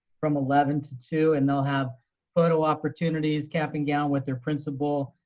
from eleven to two and they'll have photo opportunities, cap and gown with their principal.